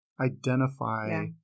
identify